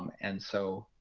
and so